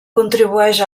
contribueix